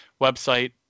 website